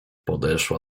podeszła